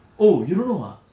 oh you don't know ah